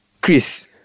Chris